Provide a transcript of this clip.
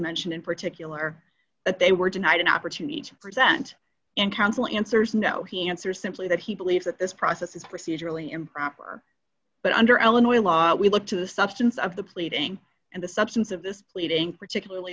mentioned in particular but they were denied an opportunity to present in counsel answers no he answers simply that he believes that this process is procedurally improper but under eleanore law we look to the substance of the pleading and the substance of this pleading particularly